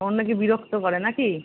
অন্যকে বিরক্ত করে নাকি